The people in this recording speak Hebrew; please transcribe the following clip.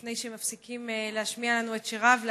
לפני שמפסיקים להשמיע לנו את שיריו,